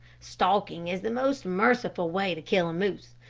stalking is the most merciful way to kill a moose.